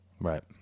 Right